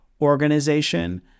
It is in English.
organization